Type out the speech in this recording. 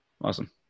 Awesome